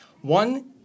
one